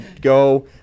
go